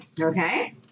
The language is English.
Okay